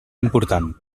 important